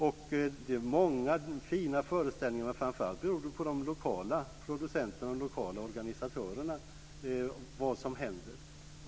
Det har varit många fina föreställningar, och framför allt beror det på de lokala producenterna och de lokala organisatörerna.